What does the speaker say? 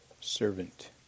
servant